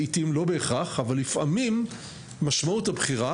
לעיתים משמעות הבחירה,